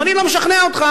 אם אני לא משכנע אותך,